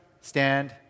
stand